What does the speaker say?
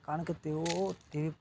કારણ કે તેઓ તે